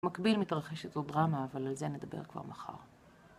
מקביל מתרחשת עוד דרמה, אבל על זה נדבר כבר מחר.